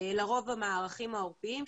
לרוב במערכים העורפיים,